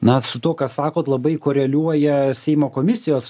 na su tuo ką sakot labai koreliuoja seimo komisijos